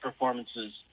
performances